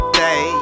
day